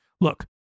Look